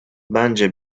bence